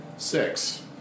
Six